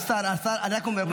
השר, אני רק אומר לך.